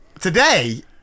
today